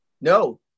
no